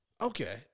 Okay